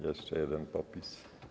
Jeszcze jeden popis.